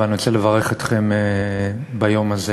ואני רוצה לברך אתכם ביום הזה.